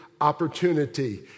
opportunity